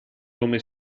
come